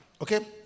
okay